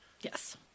Yes